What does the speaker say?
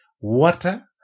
water